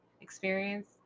experience